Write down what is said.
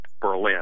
Berlin